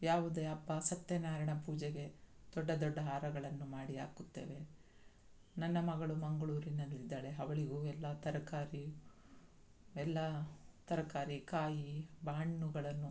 ಯಾವುದೇ ಹಬ್ಬ ಸತ್ಯನಾರಾಯಣ ಪೂಜೆಗೆ ದೊಡ್ಡ ದೊಡ್ಡ ಹಾರಗಳನ್ನು ಮಾಡಿ ಹಾಕುತ್ತೇವೆ ನನ್ನ ಮಗಳು ಮಂಗಳೂರಿನಲ್ಲಿದ್ದಾಳೆ ಅವಳಿಗೂ ಎಲ್ಲ ತರಕಾರಿ ಎಲ್ಲ ತರಕಾರಿ ಕಾಯಿ ಬಾ ಹಣ್ಣುಗಳನ್ನು